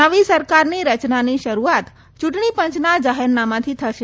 નવી સરકારની રચનાની શરૂઆત ચૂંટણી પંચના જાહેરનામાથી થશે